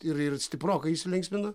ir ir stiprokai įsilinksmina